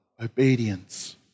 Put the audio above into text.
obedience